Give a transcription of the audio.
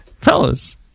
Fellas